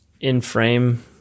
in-frame